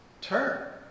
turn